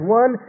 one